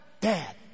Dad